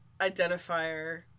identifier